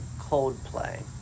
Coldplay